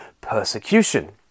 Persecution